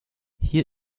hier